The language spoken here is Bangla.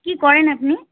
কী করেন আপনি